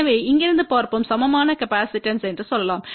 எனவே இங்கிருந்து பார்ப்போம் சமமான காப்பாசிட்டன்ஸ் என்று சொல்லலாம்